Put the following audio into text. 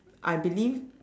I believe